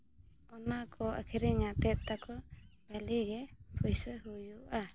ᱚᱱᱟ ᱠᱚ ᱟᱹᱠᱷᱨᱤᱧ ᱠᱟᱛᱮᱫ ᱛᱟᱠᱚ ᱵᱷᱟᱹᱞᱤ ᱜᱮ ᱯᱚᱭᱥᱟ ᱦᱩᱭᱩᱜᱼᱟ